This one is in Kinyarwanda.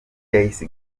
yahise